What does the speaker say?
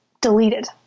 deleted